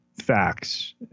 facts